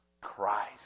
Christ